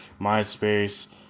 MySpace